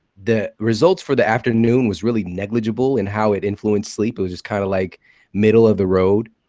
the results for the afternoon was really negligible in how it influenced sleep. it was just kind of like middle of the road.